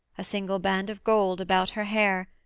a single band of gold about her hair,